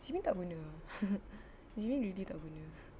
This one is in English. jimin tak guna ah jimin really tak guna